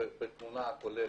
לתמונה הכוללת.